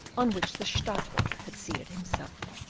on which the stadtholder had seated himself.